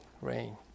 rain